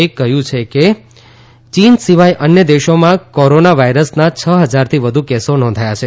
એ કહ્યું છે કે ચીન સિવાય અન્ય દેશોમાં કોરોના વાઈરસના છ ફજારથી વધુ કેસો નોંધાયા છે